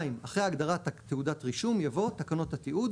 אחרי ההגדרה "תעודת רישום" יבוא: ""תקנות התיעוד"